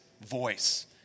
voice